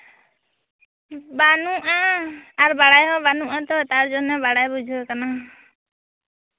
ᱵᱟᱹᱱᱩᱜᱼᱟ ᱟᱨ ᱵᱟᱲᱟᱭ ᱦᱚᱸ ᱵᱟᱹᱱᱩᱜᱼᱟ ᱛᱚ ᱛᱟᱨᱡᱚᱱᱱᱚ ᱵᱟᱲᱟᱭ ᱵᱩᱡᱷᱟᱹᱣ ᱠᱟᱱᱟ